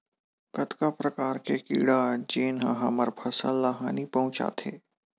कतका प्रकार के कीड़ा जेन ह हमर फसल ल हानि पहुंचाथे?